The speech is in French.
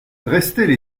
restaient